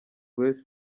grace